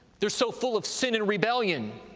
they're so full of sin and rebellion,